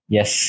Yes